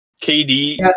KD